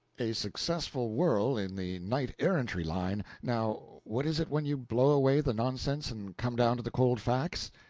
a successful whirl in the knight-errantry line now what is it when you blow away the nonsense and come down to the cold facts?